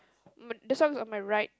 m~ this one is on my right